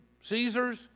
Caesars